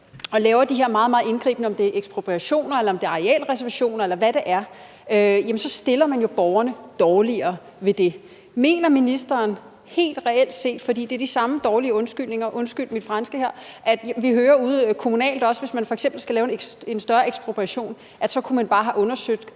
og laver de her meget, meget indgribende ting – om det er ekspropriationer, arealreservationer, eller hvad det er – stiller borgerne dårligere. Mener ministeren det helt reelt set, for det er de samme dårlige undskyldninger – undskyld mit franske – vi også hører ude kommunalt? Altså, hvis man f.eks. skal lave en større ekspropriation, så siger man, at husejerne